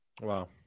Wow